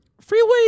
Freeway